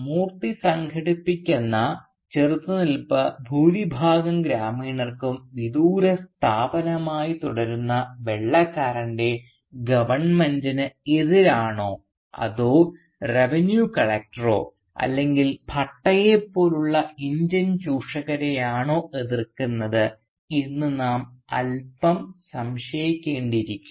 മൂർത്തി സംഘടിപ്പിക്കുന്ന ചെറുത്തുനിൽപ്പ് ഭൂരിഭാഗം ഗ്രാമീണർക്കും വിദൂര സ്ഥാപനമായി തുടരുന്ന വെള്ളകാരൻറെ ഗവൺമെൻറിന് എതിരാണോ അതോ ഇന്ത്യൻ റവന്യൂ കളക്ടറോ അല്ലെങ്കിൽ ഭട്ടയെപ്പോലുള്ള ഇന്ത്യൻ ചൂഷകരെയാണോ എതിർക്കുന്നത് എന്ന് നാം അല്പം സംശയിക്കേണ്ടിയിരിക്കുന്നു